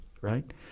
right